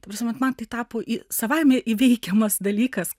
ta prasme man tai tapo savaime įveikiamas dalykas